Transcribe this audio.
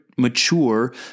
mature